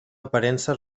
aparença